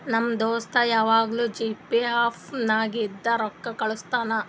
ನಮ್ ದೋಸ್ತ ಯವಾಗ್ನೂ ಜಿಪೇ ಆ್ಯಪ್ ನಾಗಿಂದೆ ರೊಕ್ಕಾ ಕಳುಸ್ತಾನ್